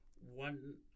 One